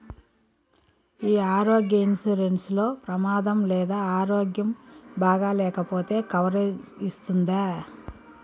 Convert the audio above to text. ఈ ఆరోగ్య ఇన్సూరెన్సు లో ప్రమాదం లేదా ఆరోగ్యం బాగాలేకపొతే కవరేజ్ ఇస్తుందా?